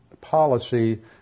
policy